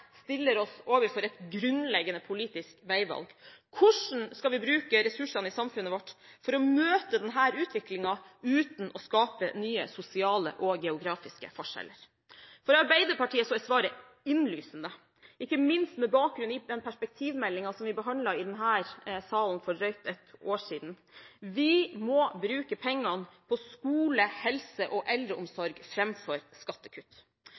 stiller oss overfor et grunnleggende politisk veivalg: Hvordan skal vi bruke ressursene i samfunnet vårt for å møte denne utviklingen uten å skape nye sosiale og geografiske forskjeller? For Arbeiderpartiet er svaret innlysende, ikke minst med bakgrunn i den perspektivmeldingen vi behandlet i denne salen for drøyt et år siden: Vi må bruke pengene på skole, helse og eldreomsorg framfor skattekutt.